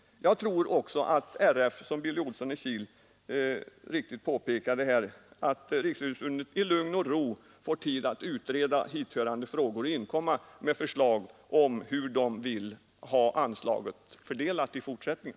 Jag tror det är bäst — som Billy Olsson i Kil så riktigt påpekade — att Riksidrottsförbundet får tid att i lugn och ro utreda hithörande frågor och sedan inkomma med förslag om hur man vill ha anslaget fördelat i fortsättningen.